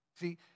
See